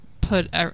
put